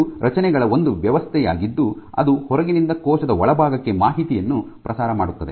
ಇದು ರಚನೆಗಳ ಒಂದು ವ್ಯವಸ್ಥೆಯಾಗಿದ್ದು ಅದು ಹೊರಗಿನಿಂದ ಕೋಶದ ಒಳಭಾಗಕ್ಕೆ ಮಾಹಿತಿಯನ್ನು ಪ್ರಸಾರ ಮಾಡುತ್ತದೆ